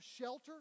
shelter